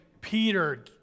Peter